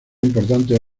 importantes